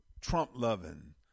Trump-loving